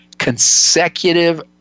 consecutive